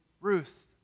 Ruth